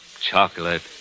chocolate